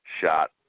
shot